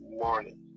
morning